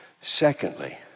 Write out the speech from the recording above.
Secondly